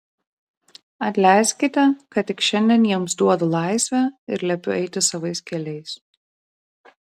atleiskite kad tik šiandien jums duodu laisvę ir liepiu eiti savais keliais